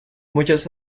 muchas